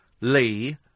Lee